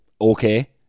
okay